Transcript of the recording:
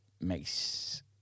makes